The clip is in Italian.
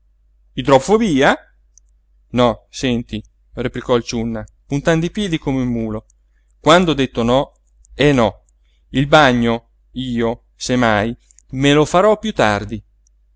meravigliato idrofobia no senti replicò il ciunna puntando i piedi come un mulo quando ho detto no è no il bagno io se mai me lo farò piú tardi